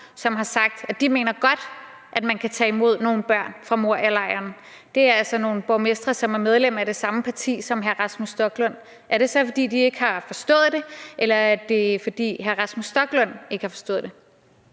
som har sagt, at de mener, at man godt kan tage imod nogle børn fra Morialejren. Det er altså nogle borgmestre, som er medlemmer af det samme parti, som hr. Rasmus Stoklund. Er det så, fordi de ikke har forstået det, eller er det, fordi hr. Rasmus Stoklund ikke har forstået det?